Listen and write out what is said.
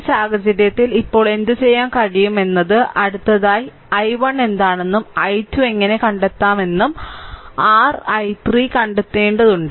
ഈ സാഹചര്യത്തിൽ ഇപ്പോൾ എന്തുചെയ്യാൻ കഴിയും എന്നത് അടുത്തതായി i1 എന്താണെന്നും i2 എങ്ങനെ കണ്ടെത്താമെന്നും r i3 കണ്ടെത്തേണ്ടതുണ്ട്